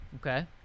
Okay